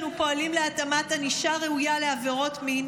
אנו פועלים להתאמת ענישה ראויה לעבירות מין.